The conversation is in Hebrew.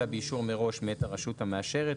אלא באישור מראש מאת הרשות המאשרת,